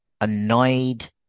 annoyed